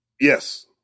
Yes